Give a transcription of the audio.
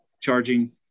charging